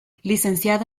licenciado